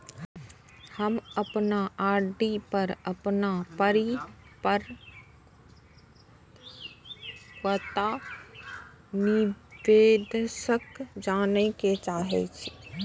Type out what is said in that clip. हम अपन आर.डी पर अपन परिपक्वता निर्देश जाने के चाहि छी